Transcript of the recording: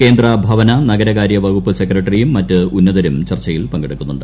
കേന്ദ്ര ഭവന നഗരകാര്യവകുപ്പ് സെക്രട്ടറിയും മറ്റ് ഉന്നതരും ചർച്ചയിൽ പങ്കെടുക്കുന്നുണ്ട്